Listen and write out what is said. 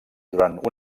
durant